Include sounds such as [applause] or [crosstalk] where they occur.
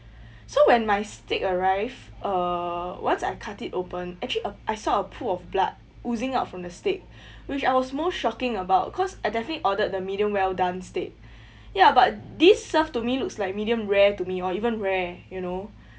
so when my steak arrived uh once I cut it open actually uh I saw a pool of blood oozing out from the steak [breath] which I was more shocking about cause I definitely ordered the medium well done steak [breath] ya but this served to me looks like medium rare to me or even rare you know